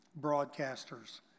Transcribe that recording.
broadcasters